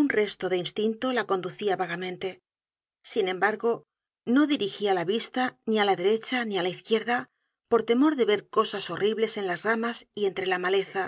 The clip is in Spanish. un resto de instinto la conducia vagamente sin embargo no dirigía la vista ni á la derecha ni á la izquierda por temor de ver cosas horribles en las ramas y entre la maleza